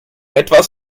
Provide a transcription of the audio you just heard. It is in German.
etwas